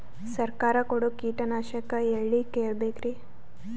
ಸರಕಾರ ಕೊಡೋ ಕೀಟನಾಶಕ ಎಳ್ಳಿ ಕೇಳ ಬೇಕರಿ?